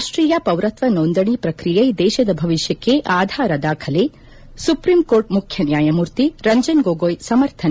ರಾಷ್ಷೀಯ ಪೌರತ್ವ ನೋಂದಣಿ ಪ್ರಕ್ರಿಯೆ ದೇಶದ ಭವಿಷ್ಣಕ್ಷೆ ಆಧಾರ ದಾಖಲೆ ಸುಪ್ರೀಂಕೋರ್ಟ್ ಮುಖ್ಯ ನ್ನಾಯಮೂರ್ತಿ ರಂಜನ್ ಗೋಗೊಯ್ ಸಮರ್ಥನೆ